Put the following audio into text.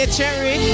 Cherry